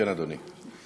כן, אדוני.